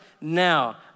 now